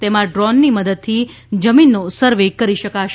તેમાં ડ્રોનની મદદથી જમીનનો સર્વે કરી શકાશે